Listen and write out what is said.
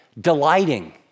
delighting